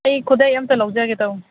ꯑꯩ ꯈꯨꯗꯩ ꯑꯝꯇ ꯂꯧꯖꯒꯦ ꯇꯧꯅꯤ